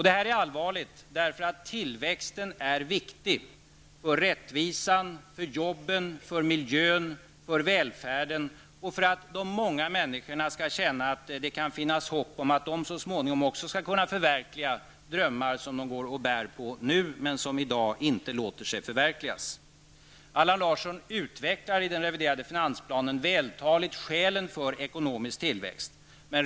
Detta är allvarligt eftersom tillväxten är viktig för rättvisan, för jobben, för miljön, för välfärden och för att de många människorna skall känna att det kanske finns hopp om att också de så småningom skall kunna förverkliga drömmar som de går och bär på men som i dag inte låter sig förverkligas. Allan Larsson utvecklar i den reviderade finansplanen vältaligt skälen för ekonomisk tillväxt.